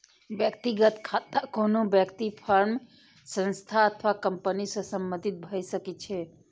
व्यक्तिगत खाता कोनो व्यक्ति, फर्म, संस्था अथवा कंपनी सं संबंधित भए सकै छै